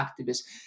activists